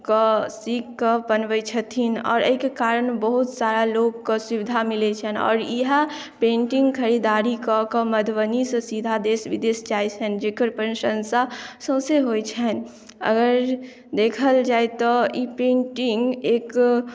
क सीखऽ क बनबै छथिन आओर अहि के कारण बहुत सारा लोकक सुविधा मिलै छनि आओर इएहा पेंटिंग खरीदारी कय कऽ मधुबनीसँ सीधा देश विदेश जाइ छनि जेकर प्रसंशा सौंसे होइ छनि अगर देखल जाय तऽ ई पेंटिंग एक